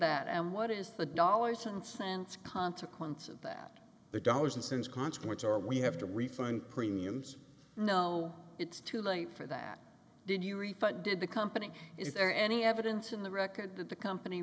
that and what is the dollars and cents consequence of that the dollars and cents consequence are we have to refund premiums no it's too late for that did you refund did the company is there any evidence in the record that the company